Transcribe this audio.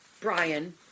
Brian